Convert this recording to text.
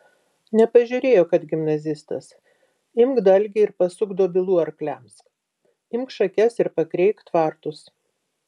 nepažiūrėjo kad gimnazistas imk dalgį ir pasuk dobilų arkliams imk šakes ir pakreik tvartus